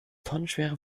tonnenschwere